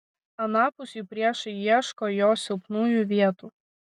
anapus jų priešai ieško jo silpnųjų vietų